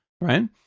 right